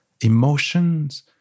Emotions